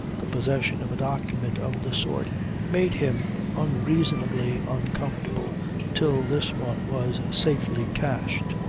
the possession of a document of the sort made him unreasonably uncomfortable till this one was safely cashed.